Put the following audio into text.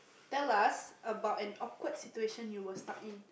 tell us about an awkward situation you were stuck in